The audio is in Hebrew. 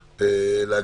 עו"ד דן יקיר,